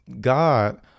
God